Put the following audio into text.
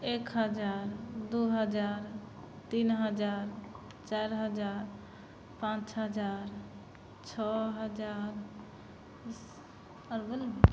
एक हजार दुइ हजार तीन हजार चारि हजार पाँच हजार छओ हजार